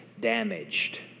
damaged